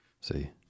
See